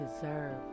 deserve